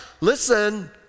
listen